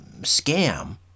scam